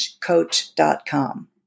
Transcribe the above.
coach.com